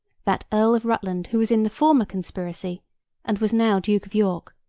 that earl of rutland who was in the former conspiracy and was now duke of york,